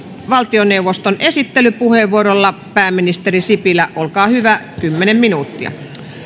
valtioneuvoston esittelypuheenvuorolla pääministeri sipilä olkaa hyvä kymmenen minuuttia